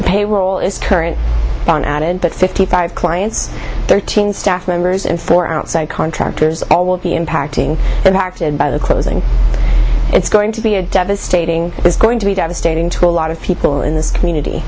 payroll is current on added that fifty five clients thirteen staff members and four outside contractors all will be impacting impacted by the closing it's going to be a devastating it's going to be devastating to a lot of people in this community